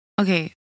Okay